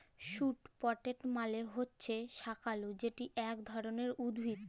sweet potato মালে হছে শাঁকালু যেট ইক ধরলের উদ্ভিদ